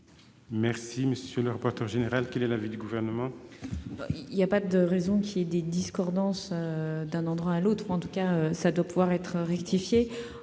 services fiscaux départementaux. Quel est l'avis du Gouvernement ? Il n'y a pas de raison qu'il y ait des discordances d'un endroit à l'autre. En tout cas, cela doit pouvoir être rectifié.